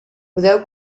podeu